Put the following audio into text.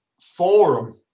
forum